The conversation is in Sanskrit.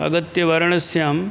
आगत्य वाराणस्याम्